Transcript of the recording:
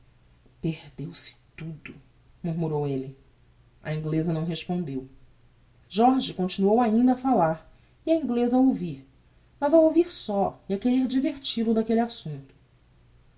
oswald perdeu-se tudo murmurou elle a ingleza não respondeu jorge continuou ainda a falar e a ingleza e ouvir mas a ouvir só e a querer divertil o daquelle assumpto